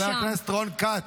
חבר הכנסת רון כץ.